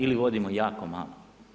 Ili vodimo jako malo.